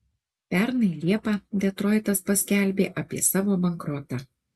pernai liepą detroitas paskelbė apie savo bankrotą